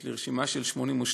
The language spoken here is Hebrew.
יש לי רשימה של 82,